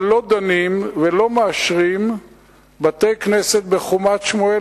אבל לא דנים ולא מאשרים בתי-כנסת בחומת-שמואל,